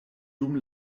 dum